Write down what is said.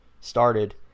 started